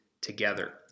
together